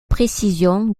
précision